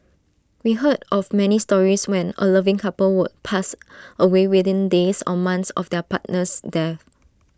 we heard of many stories when A loving couple would pass away within days or months of their partner's death